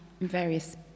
various